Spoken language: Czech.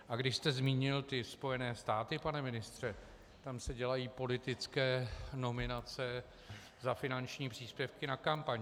A když jste zmínil ty Spojené státy, pane ministře, tam se dělají politické nominace za finanční příspěvky na kampaň.